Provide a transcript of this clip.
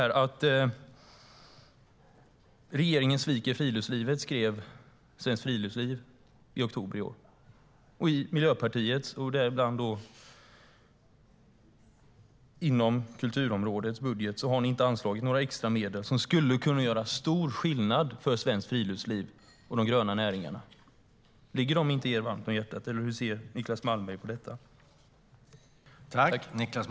Regeringen sviker friluftslivet, skrev Svenskt Friluftsliv i oktober i år. Miljöpartiet har inte anslagit några extra medel i kulturområdets budget som skulle kunna göra stor skillnad för svenskt friluftsliv och de gröna näringarna. Ligger de er inte varmt om hjärtat - hur ser ni på det, Niclas Malmberg?